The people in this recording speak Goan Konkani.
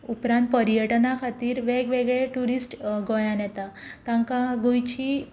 उपरांत पर्यटना खातीर वेग वेगळे ट्युरिस्ट गोंयांत येता तांकां गोंयची